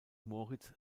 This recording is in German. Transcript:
moritz